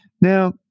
now